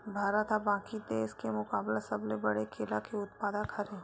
भारत हा बाकि देस के मुकाबला सबले बड़े केला के उत्पादक हरे